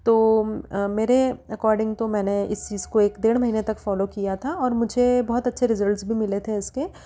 तो मेरे एकोर्डिंग तो मैंने इस चीज को एक डेढ़ महीने तक फॉलो किया था और मुझे बहुत अच्छे रिजल्टस मिले थे इसके